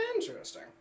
Interesting